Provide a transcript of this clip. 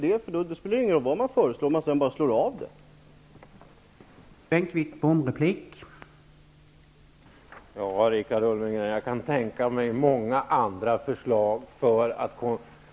Det spelar ju ingen roll vad man föreslår, om motionerna sedan alltid blir avstyrkta.